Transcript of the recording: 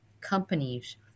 companies